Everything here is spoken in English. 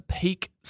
peak